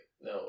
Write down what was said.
No